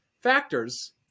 factors